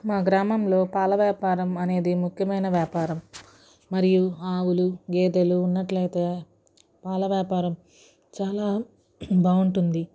మా గ్రామంలో పాల వ్యాపారం అనేది ముఖ్యమైన వ్యాపారం మరియు ఆవులు గేదెలు ఉన్నట్లయితే పాల వ్యాపారం చాలా బాగుంటుంది